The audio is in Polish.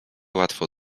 łatwo